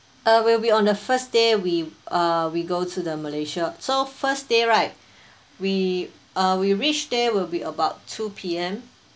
uh we'll be on the first day we uh we go to the malaysia so first day right we uh we reach there will be about two P_M